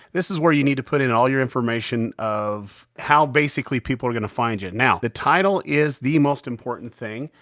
this is where you need to put in all your information of how basically people are going to find you. now, the title is the most important thing,